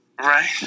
Right